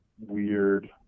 weird